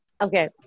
Okay